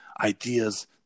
ideas